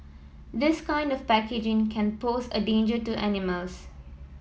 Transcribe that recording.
this kind of packaging can pose a danger to animals